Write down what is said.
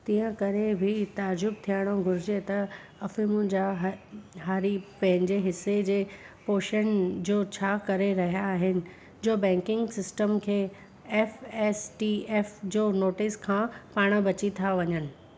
तंहिं करे बि ताजुब थियणु घुरिजे त अफ़ीमु जा ह हारी पंहिंजे हिस्से जे पोशन जो छा करे रहिया आहिनि जो बैंकिंग सिस्टम खे एफ एस टी एफ जो नोटिस खां पाण बची था वञनि